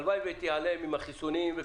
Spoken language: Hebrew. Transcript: הלוואי שתיעלם עם החיסונים,